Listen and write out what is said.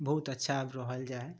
बहुत अच्छा रहल जाइ हइ